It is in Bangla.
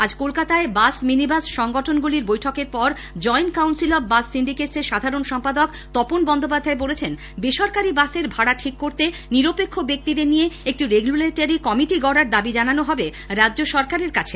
আজ কলকাতায় বাস মিনিবাস সংগঠনগুলির বৈঠকের পর joint council of bus syndicates এর সাধারণ সম্পাদক তপল বন্দ্যোপাধ্যায় বলেছেন বেসরকারি বাসের ভাড়া ঠিক করতে নিরপেক্ষ ব্যক্তিদের নিয়ে একটি রেগুলেটারি কমিটি গড়ার দাবি জানানো হবে রাজ্য সরকারের কাছে